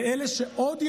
ואלה שעוד יאושרו.